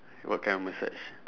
what kind of massage